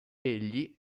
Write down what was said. egli